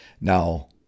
Now